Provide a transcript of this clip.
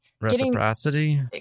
reciprocity